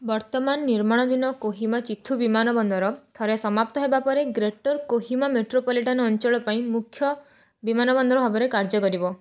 ବର୍ତ୍ତମାନ ନିର୍ମାଣାଧୀନ କୋହିମା ଚିଥୁ ବିମାନବନ୍ଦର ଥରେ ସମାପ୍ତ ହେବା ପରେ ଗ୍ରେଟର୍ କୋହିମା ମେଟ୍ରୋପଲିଟାନ୍ ଅଞ୍ଚଳ ପାଇଁ ମୁଖ୍ୟ ବିମାନବନ୍ଦର ଭାବରେ କାର୍ଯ୍ୟ କରିବ